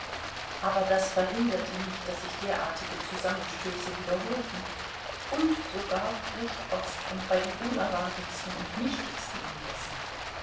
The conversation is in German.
aber das verhinderte nicht daß sich derartige zusammenstöße wiederholten und sogar recht oft und bei den unerwartetsten und nichtigsten anlässen